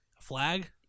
Flag